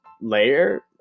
layer